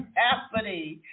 happening